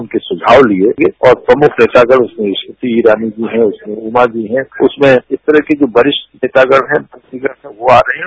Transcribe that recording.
उनके सुझाव लिये और प्रमुख नेतागण उसमें स्माति ईरानी उसमें उमा जी उसमें इस तरह के जो वरिष्ठ नेतागण हैं वह आ रहे हैं